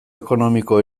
ekonomiko